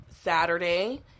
Saturday